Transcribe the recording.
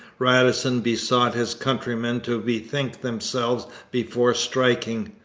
radisson besought his countrymen to bethink themselves before striking.